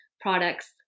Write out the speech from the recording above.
products